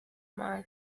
imana